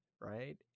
right